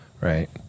Right